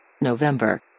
November